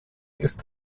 ist